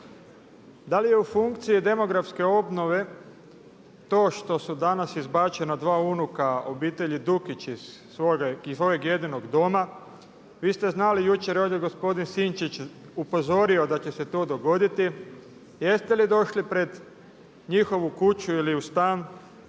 Da li je u funkciji demografske obnove to što su danas izbačena dva unuka obitelji Dukić iz svojeg jedinog doma? Vi ste znali jučer ovdje gospodine Sinčić je upozorio da će se to dogoditi, jeste li došli pred njihovu kuću ili u stan?